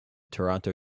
toronto